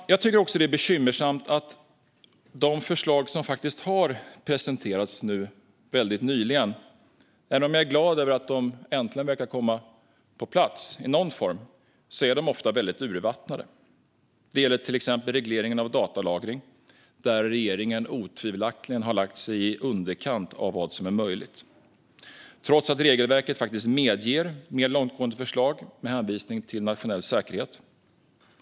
Jag tycker också att det är bekymmersamt att de förslag som faktiskt har presenterats nyligen - även om jag är glad över att de äntligen verkar komma på plats i någon form - ofta är urvattnade. Det gäller till exempel regleringen av datalagring där regeringen otvivelaktigt har lagt sig i underkant av vad som är möjligt, trots att regelverket faktiskt medger mer långtgående förslag med hänvisning till nationell säkerhet.